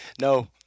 No